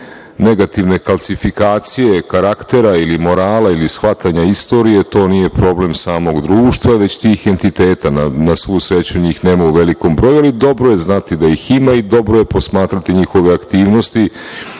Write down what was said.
negativne klasifikacije karaktera, morala ili shvatanja istorije to nije problem samog društva, već tih entiteta. Na svu sreću njih nema u velikom broju, ali dobro je znati da ih ima i dobro je posmatrati njihove aktivnosti